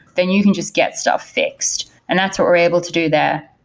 then you can just get stuff fixed and that's what we're able to do there.